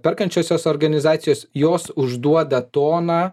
perkančiosios organizacijos jos užduoda toną